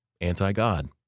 anti-God